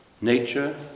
Nature